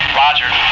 roger.